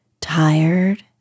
tired